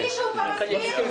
מישהו פה מסכים?